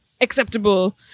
acceptable